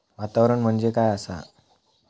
वातावरण म्हणजे काय असा?